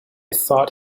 thought